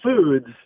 foods